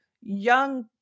young